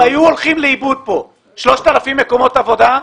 אם היו הולכים לאיבוד כאן 3,000 מקומות עבודה,